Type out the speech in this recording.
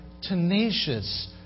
tenacious